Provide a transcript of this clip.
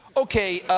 okay,